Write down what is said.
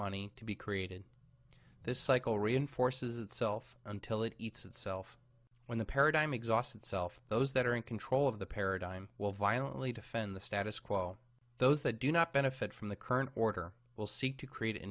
money to be created this cycle reinforces itself until it eats itself when the paradigm exhausts itself those that are in control of the paradigm will violently defend the status quo those that do not benefit from the current order will seek to create a